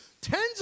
Tens